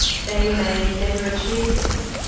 they may never achieve this,